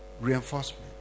reinforcement